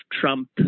Trump